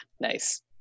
Nice